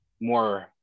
more